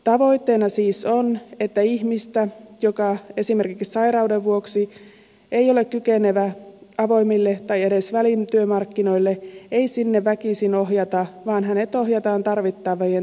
tavoitteena siis on että ihmistä joka esimerkiksi sairauden vuoksi ei ole kykenevä avoimille tai edes välityömarkkinoille ei sinne väkisin ohjata vaan hänet ohjataan tarvittavien terveyspalvelujen pariin